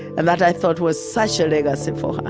and that, i thought, was such a legacy for